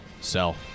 Sell